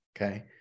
Okay